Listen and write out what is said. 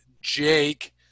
Jake